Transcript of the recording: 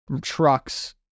trucks